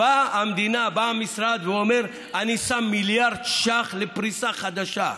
בא המשרד ואומר: אני שם מיליארד שקלים לפריסה חדשה.